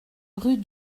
rue